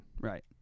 Right